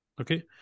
okay